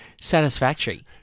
satisfactory